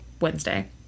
wednesday